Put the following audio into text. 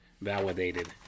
validated